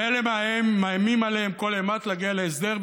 ואלה מאיימים עליהם כל העת להגיע להסדר,